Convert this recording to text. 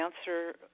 answer